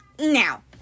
now